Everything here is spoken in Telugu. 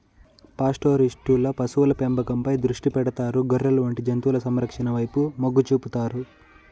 పాస్టోరలిస్టులు పశువుల పెంపకంపై దృష్టి పెడతారు, గొర్రెలు వంటి జంతువుల సంరక్షణ వైపు మొగ్గు చూపుతారు